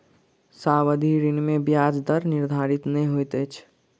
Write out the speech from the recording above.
सावधि ऋण में ब्याज दर निर्धारित नै होइत अछि